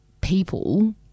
people